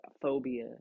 phobia